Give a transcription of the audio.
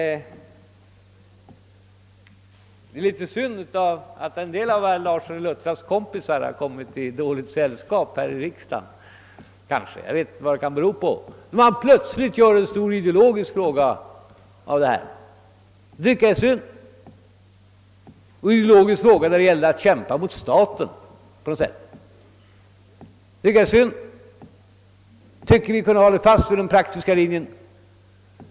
Det är litet synd att en del av herr Larssons i Luttra kompisar här i riksdagen kanske kommit i litet dåligt sällskap och plötsligt — jag vet inte vad det kan bero på — gör en stor ideologisk fråga av detta förslag, där det på något sätt tycks gälla att kämpa mot staten. Det tycker jag är synd. Ni borde ha hållit fast vid den praktiska linjen.